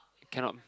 cannot